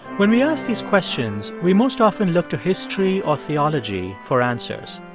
when we ask these questions, we most often look to history or theology for answers.